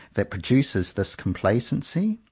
that produces this complacency?